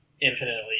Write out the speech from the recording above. infinitely